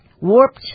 warped